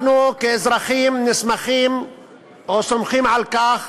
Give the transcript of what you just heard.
אנחנו כאזרחים סומכים על כך